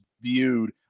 viewed